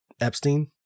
Epstein